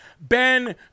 Ben